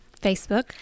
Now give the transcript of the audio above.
Facebook